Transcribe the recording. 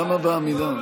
למה בעמידה?